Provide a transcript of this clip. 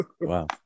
Wow